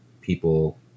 people